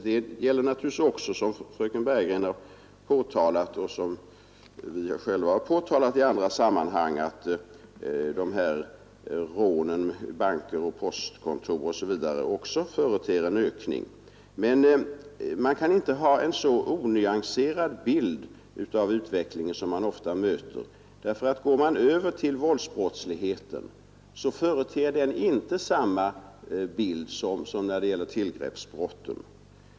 Det gäller naturligtvis också, som fröken Bergegren framhållit och som vi själva framhållit i andra sammanhang, rånen i banker och postkontor. Men man kan inte ha en så onyanserad syn på utvecklingen som ofta möter, därför att om man går över till våldsbrotten finner man att de inte företer samma bild som tillgreppsbrotten.